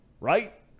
right